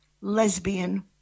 lesbian